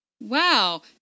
Wow